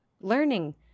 learning